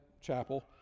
chapel